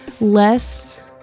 Less